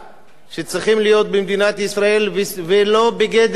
שצריכים להיות במדינת ישראל ולא בגדר המלצה.